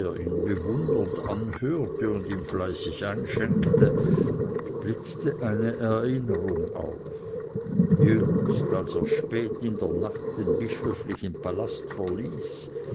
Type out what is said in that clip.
bewundernd anhörte und ihm fleißig einschenkte blitzte eine erinnerung auf jüngst als er spät in der nacht den bischöflichen palast verließ